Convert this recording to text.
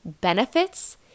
benefits